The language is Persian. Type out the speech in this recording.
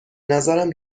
نظرم